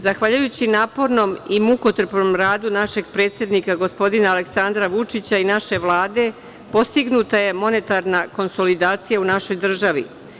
Zahvaljujući napornom i mukotrpnom radu našeg predsednika gospodina Aleksandra Vučića i naše Vlade, postignuta je monetarna konsolidacija u našoj državi.